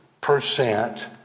percent